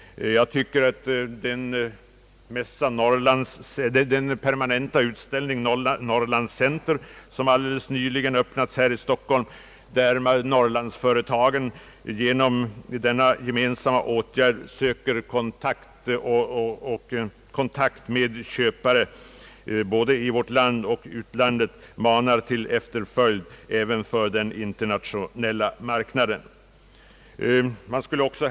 Jag tycker att den permanenta utställningen Norrland-center, som helt nyligen öppnades här i Stockholm och där norrlandsföretag genom denna gemensamma åtgärd söker uppnå bättre kontakt med köpare i både vårt land och utlandet, manar till efterföljd när det gäller vårt lands insatser på den internationella marknaden.